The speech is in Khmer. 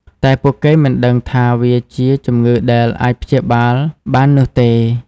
តែពួកគេមិនដឹងថាវាជា ជំងឺដែលអាចព្យាបាលបាននោះទេ។